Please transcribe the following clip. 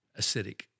acidic